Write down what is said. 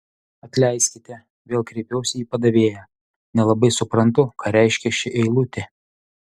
atleiskite vėl kreipiausi į padavėją nelabai suprantu ką reiškia ši eilutė